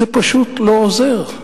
זה פשוט לא עוזר.